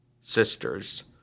sisters